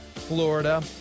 Florida